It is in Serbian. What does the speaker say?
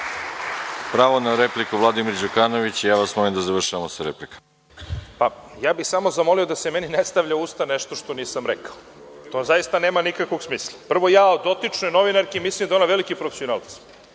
na repliku Vladimir Đukanović i ja vas molim da završavamo sa replikama. **Vladimir Đukanović** Ja bih samo zamolio da se meni ne stavlja u usta nešto što nisam rekao, to zaista nema nikakvog smisla. Prvo, ja o dotičnoj novinarki mislim da je ona veliki profesionalac.